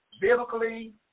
biblically